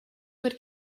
would